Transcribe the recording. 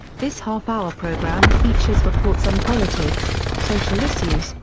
this half-hour program features reports on politics, social issues,